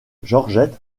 georgette